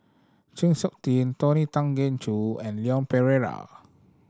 Chng Seok Tin Tony Tan Keng Joo and Leon Perera